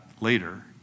later